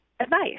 advice